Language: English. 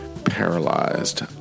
Paralyzed